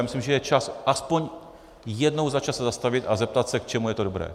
Myslím, že je čas aspoň jednou za čas se zastavit a zeptat se, k čemu je to dobré.